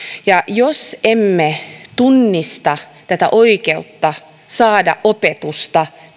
jos emme tunnista tätä oikeutta saada opetusta